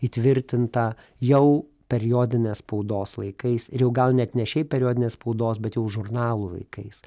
įtvirtinta jau periodinės spaudos laikais ir jau gal net ne šiaip periodinės spaudos bet jau žurnalų laikais